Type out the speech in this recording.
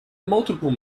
multiple